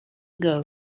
ago